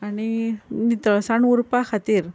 आनी नितळसाण उरपा खातीर